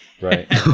Right